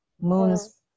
Moons